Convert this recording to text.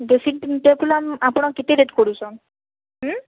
dressing table ଆପଣ କେତେ rate କରୁଛନ୍